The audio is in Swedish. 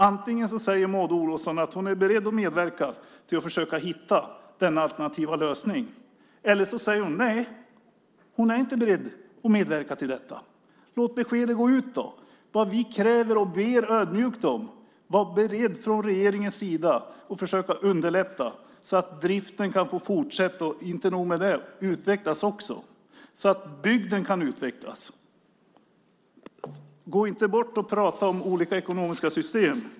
Antingen säger Maud Olofsson att hon är beredd att medverka till att försöka hitta denna alternativa lösning eller också säger hon att hon inte är beredd att medverka till detta. Låt beskedet gå ut! Vad vi kräver, och ber ödmjukt om, är att man från regeringens sida ska vara beredd att försöka underlätta att driften kan få fortsätta och, inte nog med det, utvecklas också, så att bygden kan utvecklas. Gå inte bort och prata om olika ekonomiska system!